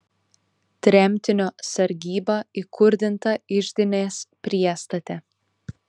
tremtinio sargyba įkurdinta iždinės priestate